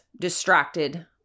distracted